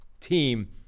team